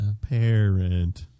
Parent